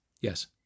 Yes